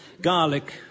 garlic